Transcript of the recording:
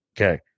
Okay